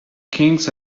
kings